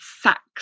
sacks